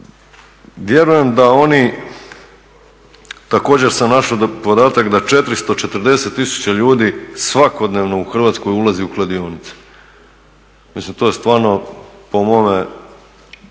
Vjerujem da oni, također sam našao podatak da 440 tisuća ljudi svakodnevno u Hrvatskoj ulazi u kladionice. Mislim to je stvarno po mome